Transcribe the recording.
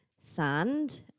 sand